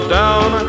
down